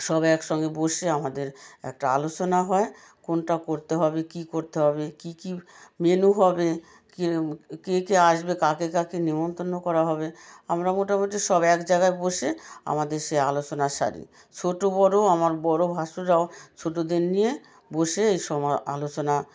সব একসঙ্গে বসে আমাদের একটা আলোচনা হয় কোনটা করতে হবে কী করতে হবে কী কী মেনু হবে কী কে কে আসবে কাকে কাকে নেমন্তন্ন করা হবে আমরা মোটামুটি সব এক জায়গায় বসে আমাদের সে আলোসনা সারি ছো্ট বড় আমার বড় ভাসুররাও ছোটদের নিয়ে বসে এ সব আলোচনা